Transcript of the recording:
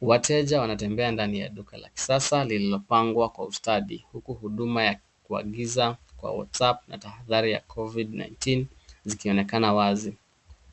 Wateja wanatembea ndani la duka la kisasa lililopangwa kwa ustadi huku huduma ya kuagiza kwa WhatsApp na tahadhari za COVID 19 sikionekana wazi.